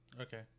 okay